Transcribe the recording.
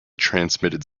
transmitted